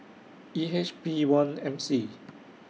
E H P one M C